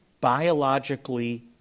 Biologically